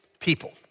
people